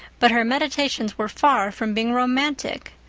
but her meditations were far from being romantic.